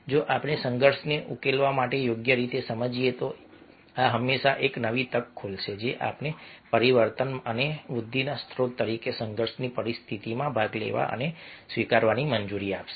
જો આપણે સંઘર્ષને ઉકેલવા માટે યોગ્ય રીતે સમજીએ તો આ હંમેશા એક નવી તક ખોલશે જે આપણને પરિવર્તન અને વૃદ્ધિના સ્ત્રોત તરીકે સંઘર્ષની પરિસ્થિતિઓમાં ભાગ લેવા અને સ્વીકારવાની મંજૂરી આપશે